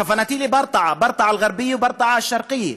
כוונתי לברטעה, ברטעה אל-ע'רביה וברטעה א-שרקיה,